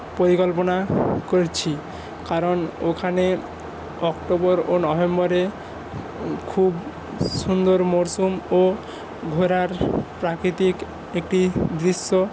পরিকল্পনা করছি কারণ ওখানে অক্টোবর ও নভেম্বরে খুব সুন্দর মরশুম ও ঘোরার প্রাকৃতিক একটি দৃশ্য